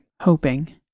hoping